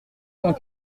cent